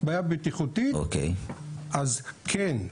בעיה בטיחותית אז כן.